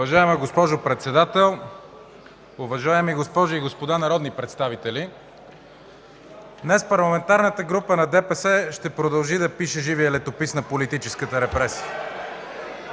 Уважаема госпожо Председател, уважаеми госпожи и господа народни представители! Днес Парламентарната група на ДПС ще продължи да пише живия летопис на политическата репресия.